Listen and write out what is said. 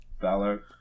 Valor